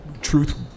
truth